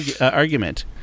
argument